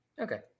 Okay